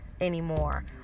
anymore